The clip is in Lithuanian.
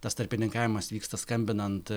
tas tarpininkavimas vyksta skambinant